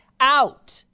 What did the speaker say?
Out